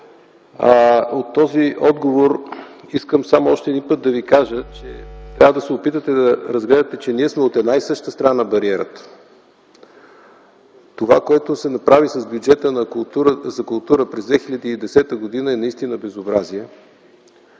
От този отговор искам само още един път да Ви кажа, че трябва да се опитате да разберете, че ние сме от една и съща страна на бариерата. Това, което се направи с бюджета на културата за култура през 2010 г. е наистина безобразие.